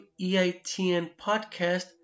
eitnpodcast